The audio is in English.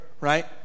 right